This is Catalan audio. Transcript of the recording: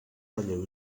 relleu